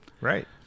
Right